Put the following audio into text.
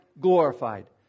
glorified